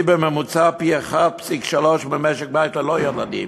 בממוצע פי-1.3 יותר ממשק בית ללא ילדים,